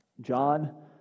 John